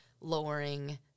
lowering